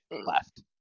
left